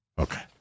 Okay